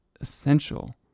essential